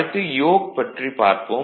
அடுத்து யோக் பற்றி பார்ப்போம்